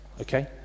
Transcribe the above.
okay